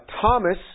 Thomas